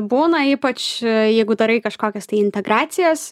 būna ypač jeigu darai kažkokias tai integracijas